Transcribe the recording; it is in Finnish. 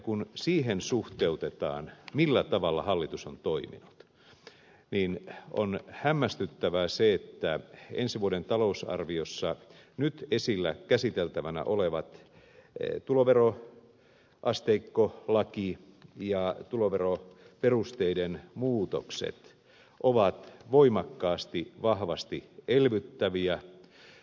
kun siihen suhteutetaan millä tavalla hallitus on toiminut niin on hämmästyttävää se että ensi vuoden talousarviossa nyt käsiteltävänä olevat tuloveroasteikkolaki ja tuloveroperusteiden muutokset ovat voimakkaasti vahvasti elvyttäviä